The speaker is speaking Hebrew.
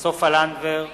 סופה לנדבר,